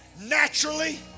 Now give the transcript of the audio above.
naturally